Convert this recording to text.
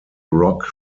rock